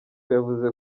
yavuze